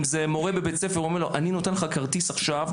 אם זה מורה בבית ספר: אני נותן לך עכשיו כרטיס בחינם,